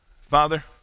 Father